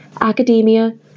academia